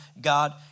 God